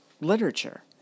literature